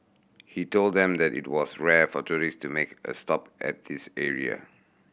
he told them that it was rare for tourists to make a stop at this area